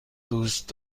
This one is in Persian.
دوست